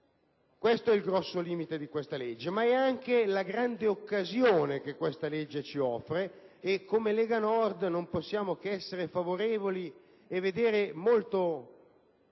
Questo è il grosso limite della legge, ma è anche la grande occasione che essa ci offre. Come Lega Nord non possiamo che essere favorevoli e vedere molto